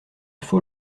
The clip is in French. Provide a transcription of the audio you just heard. faut